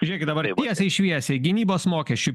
žiūrėkit dabar tiesiai šviesiai gynybos mokesčių